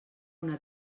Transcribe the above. una